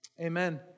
Amen